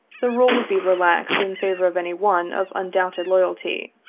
the rule would be relaxed in favor of any one of undoubted loyalty.